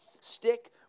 Stick